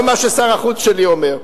לא מה ששר החוץ שלי אומר.